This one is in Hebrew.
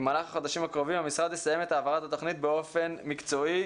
במהלך החודשים הקרובים המשרד יסיים את העברת התוכנית באופן מקצועי".